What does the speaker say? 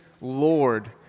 Lord